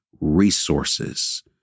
resources